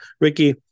Ricky